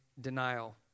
denial